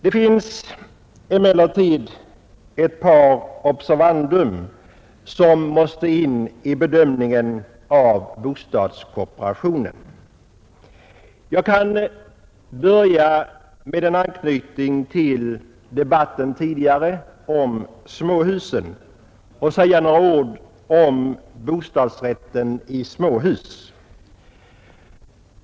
Det finns emellertid ett par observanda som måste in i bedömningen av bostadskooperationen. Jag kan börja med att anknyta till den tidigare debatten om bostadsrätten i småhus.